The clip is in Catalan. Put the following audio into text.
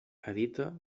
edita